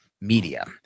media